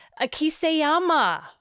Akiseyama